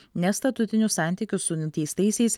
nestatutinius santykius su nuteistaisiais